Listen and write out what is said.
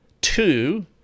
two